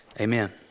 Amen